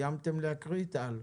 סיימתם להקריא, טל?